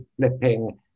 flipping